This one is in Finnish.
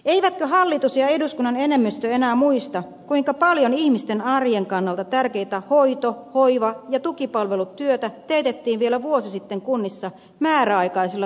eivätkö hallitus ja eduskunnan enemmistö enää muista kuinka paljon ihmisten arjen kannalta tärkeää hoito hoiva ja tukipalvelutyötä teetettiin vielä vuosi sitten kunnissa määräaikaisilla työsuhteilla